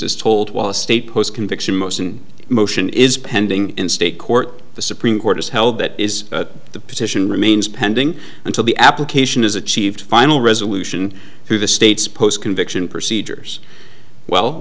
is told while a state post conviction most in motion is pending in state court the supreme court has held that is the petition remains pending until the application is achieved final resolution through the state's post conviction procedures well